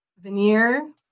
veneer